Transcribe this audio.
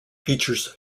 features